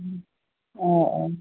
অঁ অঁ